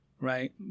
right